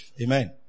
Amen